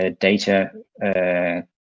data